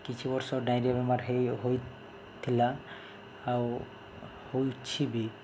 କିଛି ବର୍ଷ ଡ଼ାଇରିଆ ବେମାର ହୋଇ ହୋଇଥିଲା ଆଉ ହେଉଛି ବି